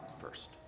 first